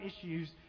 issues